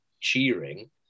cheering